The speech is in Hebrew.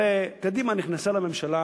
הרי קדימה נכנסה לממשלה